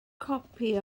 copi